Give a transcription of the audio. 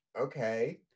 okay